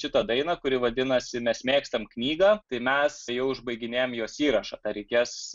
šitą dainą kuri vadinasi mes mėgstam knygą tai mes jau užbaiginėjam jos įrašą dar reikės